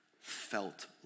felt